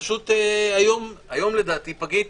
לדעתי היום פגי תוקף.